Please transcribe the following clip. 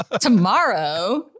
Tomorrow